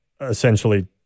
essentially